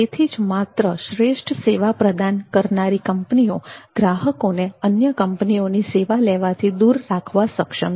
તેથી જ માત્ર શ્રેષ્ઠ સેવા પ્રદાન કરનારી કંપનીઓ ગ્રાહકોને અન્ય કંપનીઓની સેવા લેવાથી દૂર રાખવા સક્ષમ છે